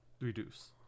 Reduce